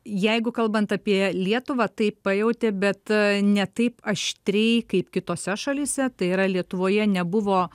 jeigu kalbant apie lietuvą taip pajautė bet ne taip aštriai kaip kitose šalyse tai yra lietuvoje nebuvo